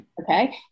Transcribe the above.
Okay